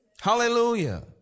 Hallelujah